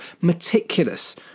meticulous